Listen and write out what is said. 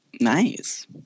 Nice